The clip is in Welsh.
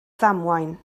ddamwain